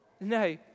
No